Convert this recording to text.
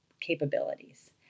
capabilities